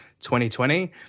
2020